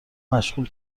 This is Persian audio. مشغول